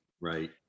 right